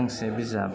गांसे बिजाब